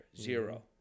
zero